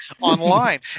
online